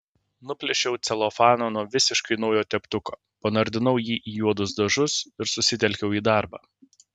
nuplėšiau celofaną nuo visiškai naujo teptuko panardinau jį į juodus dažus ir susitelkiau į darbą